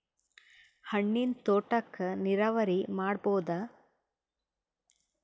ಹಣ್ಣಿನ್ ತೋಟಕ್ಕ ನೀರಾವರಿ ಮಾಡಬೋದ?